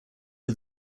are